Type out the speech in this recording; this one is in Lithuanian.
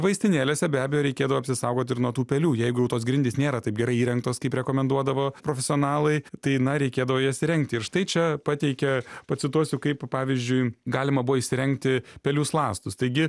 vaistinėlėse be abejo reikėdavo apsisaugot ir nuo tų pelių jeigu jau tos grindys nėra taip gerai įrengtos kaip rekomenduodavo profesionalai tai na reikėdavo jas įrengti ir štai čia pateikia pacituosiu kaip pavyzdžiui galima buvo įsirengti pelių sląstus taigi